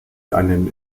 einen